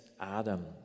Adam